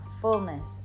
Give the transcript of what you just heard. fullness